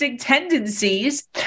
tendencies